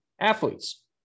athletes